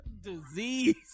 Disease